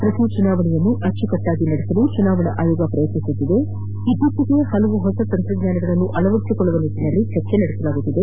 ಪ್ರತಿ ಚುನಾವಣೆಯನ್ನು ಅಚ್ಚುಕಟ್ಟಾಗಿ ನಡೆಸಲು ಚುನಾವಣಾ ಆಯೋಗ ಪ್ರಯತ್ನಿಸುತ್ತಿದೆ ಇತ್ತೀಚೆಗೆ ಹಲವು ಹೊಸ ತಂತ್ರಜ್ಞಾನಗಳನ್ನು ಅಳವದಿಸಿಕೊಳ್ಳುವ ನಿಟ್ಟಿನಲ್ಲಿ ಚರ್ಚೆ ನಡೆಸಲಾಗುತ್ತಿದೆ